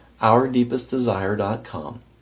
OurDeepestDesire.com